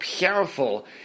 powerful